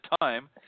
time